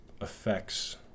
affects